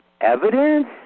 evidence